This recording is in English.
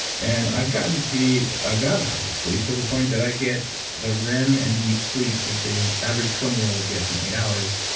and i've gotten to be a bad-ass at sleep to the point that i get the rem and deep sleep that the average twenty year old gets in eight hours,